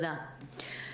תודה.